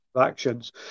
actions